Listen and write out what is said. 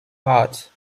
art